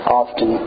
often